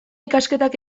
ikasketak